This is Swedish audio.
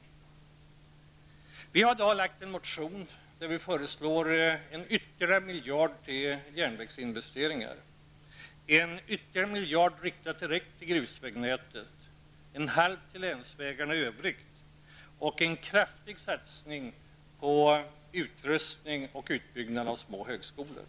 Vi i centern har i dag lagt fram en motion där vi föreslår ytterligare 1 miljard till järnvägsinvesteringar, ytterligare 1 miljard riktad direkt till grusvägsnätet samt en halv miljard till länsvägarna i övrigt. Dessutom föreslår vi en kraftig satsning på utrustning och utbyggnad av små högskolor.